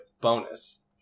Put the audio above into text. bonus